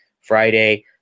Friday